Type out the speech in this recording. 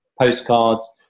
postcards